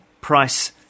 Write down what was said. Price